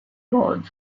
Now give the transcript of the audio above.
god